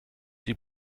die